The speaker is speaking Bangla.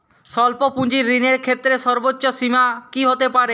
স্বল্প পুঁজির ঋণের ক্ষেত্রে সর্ব্বোচ্চ সীমা কী হতে পারে?